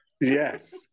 Yes